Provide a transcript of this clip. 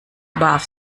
warf